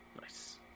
nice